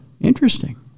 Interesting